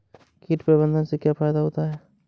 कीट प्रबंधन से क्या फायदा होता है?